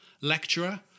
lecturer